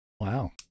Wow